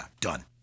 done